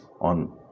on